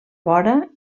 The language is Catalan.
vora